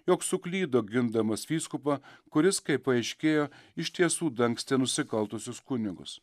jog suklydo gindamas vyskupą kuris kaip paaiškėjo iš tiesų dangstė nusikaltusius kunigus